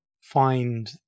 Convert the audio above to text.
find